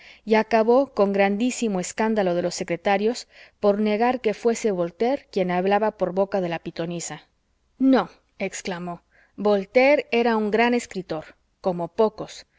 y acabó con grandísimo escándalo de los sectarios por negar que fuese voltaire quien hablaba por boca de la pitonisa no exclamó voltaire era un gran escritor cómo pocos